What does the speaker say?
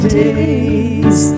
days